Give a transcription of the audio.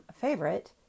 favorite